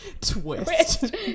Twist